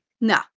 No